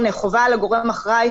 לא נחזור אחורה כרגע,